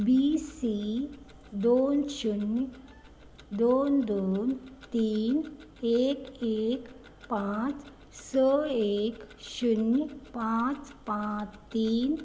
बी C दोन शुन्य दोन दोन तीन एक एक पांच स एक शुन्य पांच पांच तीन